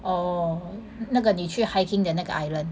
orh 那个你去 hiking 的那个 island